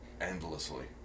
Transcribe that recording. endlessly